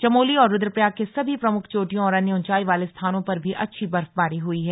चमोली और रुद्रप्रयाग के सभी प्रमुख चोटियों और अन्य ऊंचाई वाले स्थानों पर भी अच्छी बर्फबारी हुई है